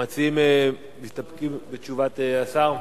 המשיבים מסתפקים בתשובת השר?